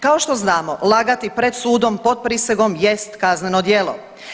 Kao što znamo lagati pred sudom pod prisegom jest kazneno djelo.